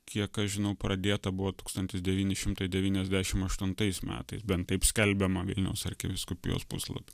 kiek aš žinau pradėta buvo tūkstantis devyni šimtai devyniasdešim aštuntais metais bent taip skelbiama vilniaus arkivyskupijos puslapy